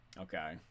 Okay